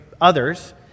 others